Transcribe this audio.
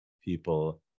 people